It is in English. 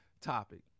topic